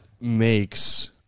makes